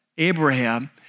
Abraham